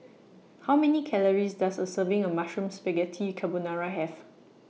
How Many Calories Does A Serving of Mushroom Spaghetti Carbonara Have